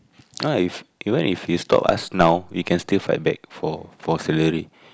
nice even if you stop us now we can still fight back for for salary